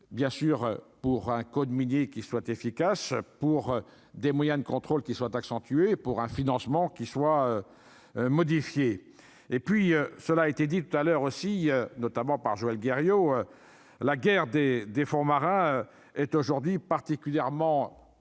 bien sûr pour un code minier qui soit efficace pour des moyens de contrôle qui soient accentuées pour un financement qui soient modifié et puis cela a été dit tout à l'heure aussi notamment par Joël Guerriau, la guerre des des fonds marins est aujourd'hui particulièrement importante,